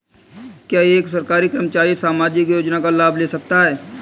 क्या एक सरकारी कर्मचारी सामाजिक योजना का लाभ ले सकता है?